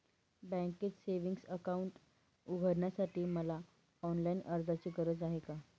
बँकेत savings account उघडण्यासाठी मला ऑनलाईन अर्जाची गरज आहे का?